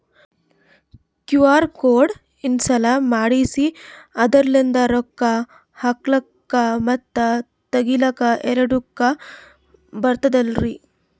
QR code ನ install ಮಾಡೆಸಿ ಅದರ್ಲಿಂದ ರೊಕ್ಕ ಹಾಕ್ಲಕ್ಕ ಮತ್ತ ತಗಿಲಕ ಎರಡುಕ್ಕು ಬರ್ತದಲ್ರಿ?